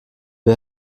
wir